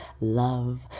love